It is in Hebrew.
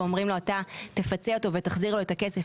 ואומרים לו בצורה מפורשת: אתה תפצה אותו ותחזיר לו את הכסף,